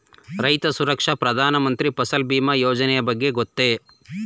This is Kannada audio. ರೈತ ಸುರಕ್ಷಾ ಪ್ರಧಾನ ಮಂತ್ರಿ ಫಸಲ್ ಭೀಮ ಯೋಜನೆಯ ಬಗ್ಗೆ ಗೊತ್ತೇ?